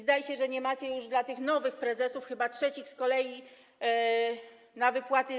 Zdaje się, że nie macie już dla tych nowych prezesów, chyba trzecich z kolei, na wypłaty.